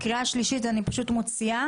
בקריאה השלישית אני מוציאה.